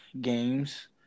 games